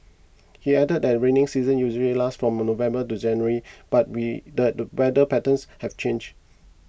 he added that rainy season usually lasts from November to January but we that the better patterns have changed